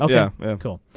ah yeah medical